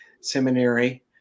Seminary